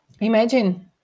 Imagine